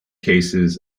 cases